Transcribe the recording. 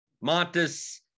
Montes